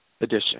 edition